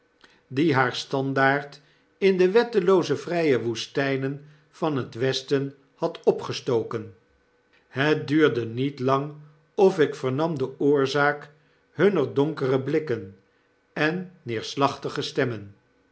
die haar standaard in de wettelooze vrp woestpen van het westen had opgestoken het duurde niet lang of ik vernam de oorzaak hunner donkere blikken en neerslachtige stemmen